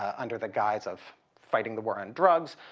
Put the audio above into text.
under the guise of fighting the war on drugs,